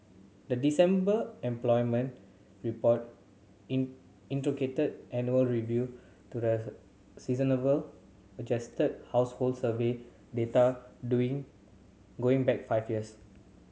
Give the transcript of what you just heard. the December employment report in annual review to the adjusted household survey data doing going back five years